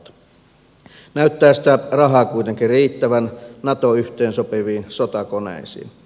näyttää sitä rahaa kuitenkin riittävän nato yhteensopiviin sotakoneisiin